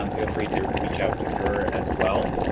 um feel free to reach out to her as well.